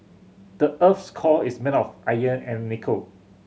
the earth's core is made of iron and nickel